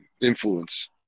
influence